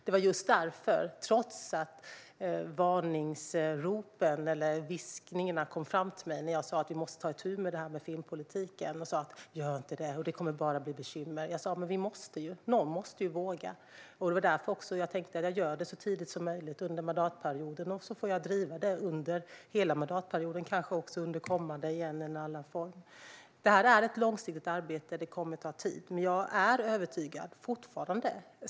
Det var just därför jag sa att vi måste ta itu med det här med filmpolitiken, trots att varningsropen, eller snarare viskningarna, kom till mig. Man sa: Gör inte det. Det kommer bara att bli bekymmer. Men jag sa: Vi måste ju. Någon måste våga. Det var därför jag tänkte att jag skulle göra det så tidigt som möjligt under mandatperioden, så att jag kunde driva det under hela mandatperioden och kanske också under kommande period i en eller annan form. Det här är ett långsiktigt arbete, och det kommer att ta tid. Men jag är fortfarande övertygad.